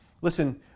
Listen